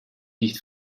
nicht